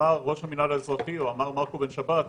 אמר ראש המינהל האזרחי או אמר מרקו בן שבת,